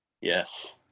Yes